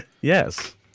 Yes